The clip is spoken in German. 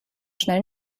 schnell